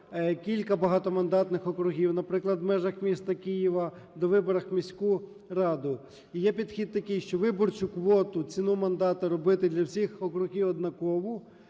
кілька багатомандатних округів, наприклад, в межах міста Києва, до вибрів в міську раду. І є підхід такий, що виборчу квоту, ціну мандата робити для всіх округів однакову,